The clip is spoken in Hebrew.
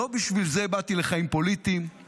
לא בשביל זה באתי לחיים פוליטיים,